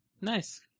Nice